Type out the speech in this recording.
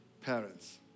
parents